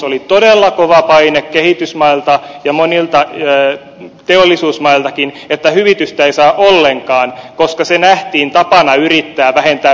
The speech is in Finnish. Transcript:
oli todella kova paine kehitysmailta ja monilta teollisuusmailtakin että hyvitystä ei saa ollenkaan koska se nähtiin tapana yrittää vähentää päästövelvoitetta muualla